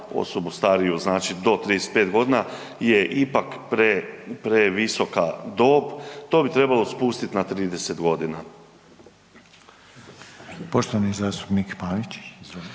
osobu stariju znači do 35 godina je ipak pre, previsoka dob to bi trebalo spustiti na 30 godina. **Reiner,